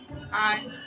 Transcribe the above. Hi